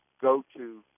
go-to